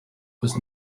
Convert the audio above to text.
was